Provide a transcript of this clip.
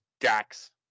Dax